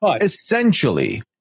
essentially